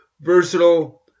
versatile